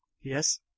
Yes